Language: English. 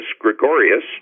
Gregorius